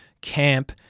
camp